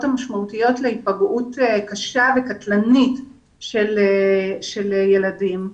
המשמעותיות להיפגעות קשה וקטלנית של ילדים.